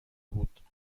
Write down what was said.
بود